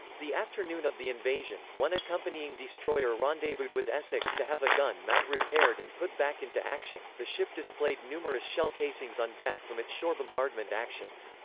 the afternoon of the invasion, one accompanying destroyer rendezvoused with essex to have a gun mount repaired and put back into action the ship displayed numerous shell casings on deck from its shore bombardment actions.